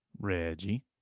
Reggie